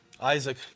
Isaac